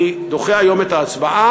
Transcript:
אני דוחה היום את ההצבעה,